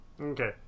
Okay